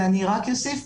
ואני רק אוסיף,